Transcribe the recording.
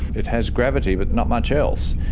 it has gravity but not much else,